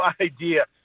idea